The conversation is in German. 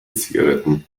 zigaretten